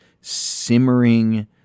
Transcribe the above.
simmering